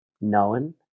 known